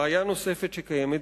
בעיה נוספת שקיימת,